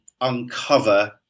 uncover